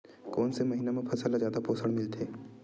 कोन से महीना म फसल ल जादा पोषण मिलथे?